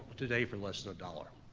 today for less than a dollar.